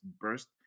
burst